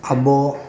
ᱟᱵᱚ